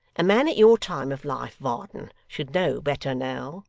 a man at your time of life, varden, should know better now